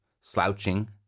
slouching